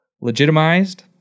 legitimized